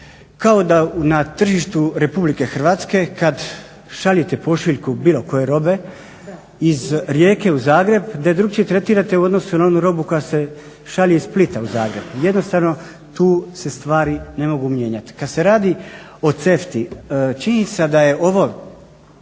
kao da na tržištu RH kad šaljete pošiljku bilo koje robe iz Rijeke u Zagreb da je drukčije tretirate u odnosu na onu robu koja se šalje iz Splita u Zagreb. Jednostavno tu se stvari ne mogu mijenjati. Kad se radi o CEFTA-i činjenica da je ovaj